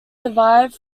survive